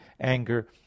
anger